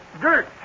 dirt